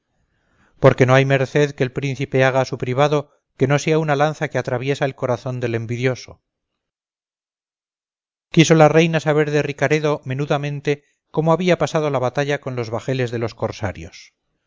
porque no hay merced que el príncipe haga a su privado que no sea una lanza que atraviesa el corazón del envidioso quiso la reina saber de ricaredo menudamente cómo había pasado la batalla con los bajeles de los corsarios